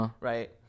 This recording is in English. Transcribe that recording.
right